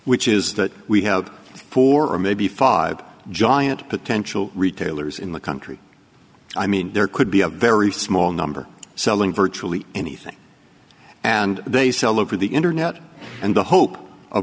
which is that we have four or maybe five giant potential retailers in the country i mean there could be a very small number selling virtually anything and they sell over the internet and the h